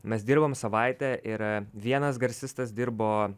mes dirbom savaitę ir vienas garsistas dirbo